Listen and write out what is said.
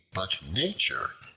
but nature,